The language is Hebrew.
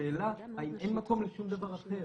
השאלה אם אין מקום לשום דבר אחר,